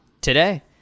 today